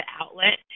outlet